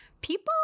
people